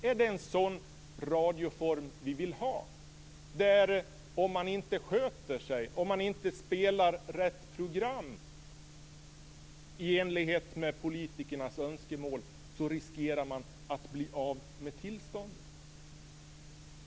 Är det en sådan radioform vi vill ha där att om man inte sköter sig och har rätt program i enlighet med politikernas önskemål riskerar man att bli av med tillståndet?